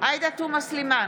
עאידה תומא סלימאן,